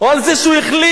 או על זה שהוא החליט